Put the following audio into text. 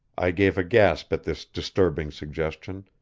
i gave a gasp at this disturbing suggestion,